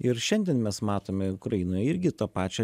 ir šiandien mes matome ukrainoj irgi tą pačią